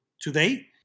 today